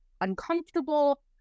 uncomfortable